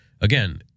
again